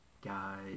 guys